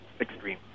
Extreme